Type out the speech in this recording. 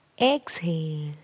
exhale